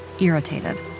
irritated